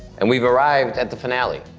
and we've arrived at the finale.